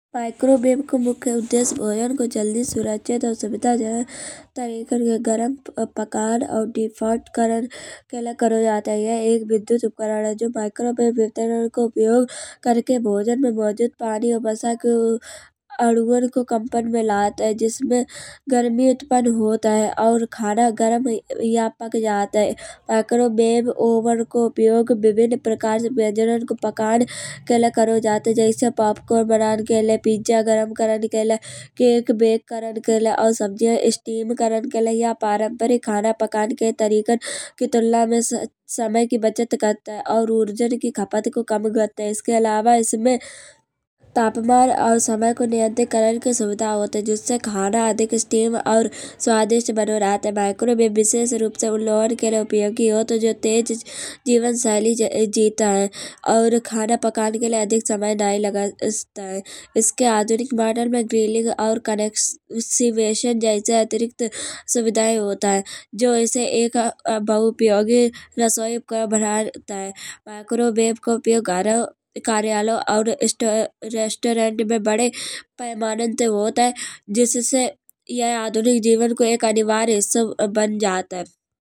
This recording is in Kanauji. माइक्रोवेव को मुख्य उद्देश्य भोजन को जल्दी सुरक्षित और सुविधाजनक तरीके से गरम और पकान और डीप फ्राई करण के लिए करो जात है। यह एक विद्युत उपकरण है। जो माइक्रोवेव उपकरण को उपयोग करके भोजन में मौजूद पानी और वसा को अणुओं को कंपन में लात है। इसमें गर्मी उत्पन्न होत है। और खाना गरम या पक जात है। माइक्रोवेव ओवन को उपयोग विभिन्न प्रकार के व्यंजनन का पकान के लिए करो जात है। जैसी पॉपकॉर्न बना के लिए पिज़्ज़ा गरम करण के लिए। केक बेक करण के लिए और सब्जियन स्टीम करा के लिए। या परंपरागत खाना पकान के तरीकों की तुलना में समय की बचत करत है। और ऊर्जन की खपत को कम करत है। इसके अलावा इसमें तापमान और समय को नियंत्रित करण की सुविधा होत है। जिससे खाना अधिक स्टीम और स्वादिष्ट बनो रहत है। माइक्रोवेव विशेष रूप से उन लोगन के लिए उपयोगी होत है। जो तेज जीवन शैली जीता है। और खाना पकायें में अधिक समय नहीं लागत है। इसके आज के मानन में फीलिंग और कन्वेक्शन जैसे अतिरिक्त सुविधाएं होत है। जो इसे एक बहु उपयोगी रसाई उपकरण बनावत है। माइक्रोवेव को उपयोग घरे कार्यालय और रेस्टोरेंट पे बड़े पैमाने पे होत है। जिससे यह आधुनिक जीवन को एक अनिवार्य हिस्सो बन जात है।